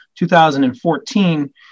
2014